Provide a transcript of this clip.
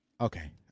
okay